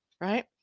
right